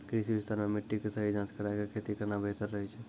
कृषि विस्तार मॅ मिट्टी के सही जांच कराय क खेती करना बेहतर रहै छै